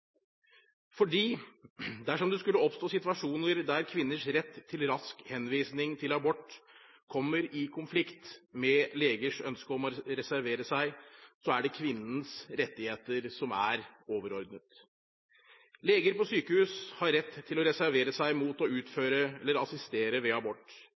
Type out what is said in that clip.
dersom det skulle oppstå situasjoner der kvinners rett til rask henvisning til abort kommer i konflikt med legers ønske om å reservere seg, er det kvinnens rettigheter som er overordnet. Leger på sykehus har rett til å reservere seg mot å utføre eller assistere ved abort.